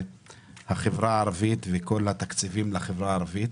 החברה הערבית וכל נושא התקציבים לחברה הערבית.